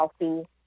healthy